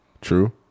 true